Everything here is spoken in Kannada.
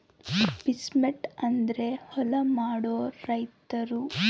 ಪೀಸಂಟ್ ಅಂದ್ರ ಹೊಲ ಮಾಡೋ ರೈತರು